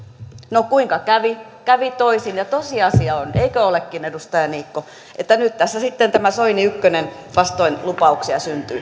no kuinka kävi kävi toisin ja tosiasia on eikö olekin edustaja niikko että nyt tässä sitten tämä soini ykkönen vastoin lupauksia